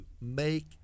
make